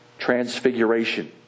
transfiguration